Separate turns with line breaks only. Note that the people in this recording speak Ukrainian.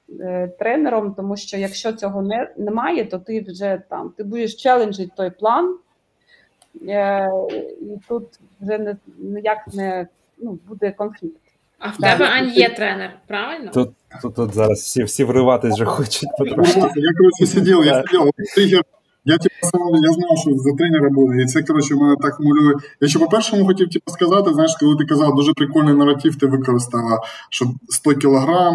Е, тренером, тому що якщо цього не- немає, то ти вже там, ти будеш challenge той план. Е, і тут вже не- ніяк не, ну, буде конфлікт.
А в тебе,
Так.
Ань, є тренер, правильно?
Тут- тут- тут зараз всі- всі вриватись вже хочуть, потрошки.
Я, коротше, сидів, я сидів. Я- я- я знав, що за тренера було. І це, коротше, мене так малює. Я ще по-першому хотів тебе сказати, знаєш, коли ти казала, дуже прикольний наратив ти використала, що 100 кілограм,